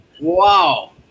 Wow